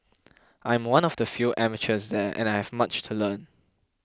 I am one of the few amateurs there and I have much to learn